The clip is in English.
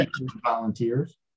volunteers